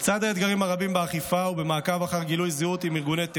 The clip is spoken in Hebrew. לצד האתגרים הרבים באכיפה ובמעקב אחר גילויי הזדהות עם ארגוני טרור,